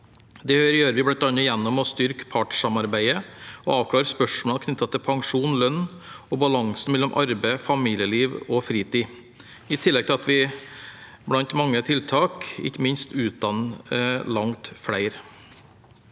Det gjør vi bl.a. gjennom å styrke partssamarbeidet og avklare spørsmål knyttet til pensjon, lønn og balansen mellom arbeid, familieliv og fritid – i tillegg til at vi blant mange tiltak ikke minst utdanner langt flere.